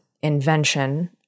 invention